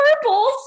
purples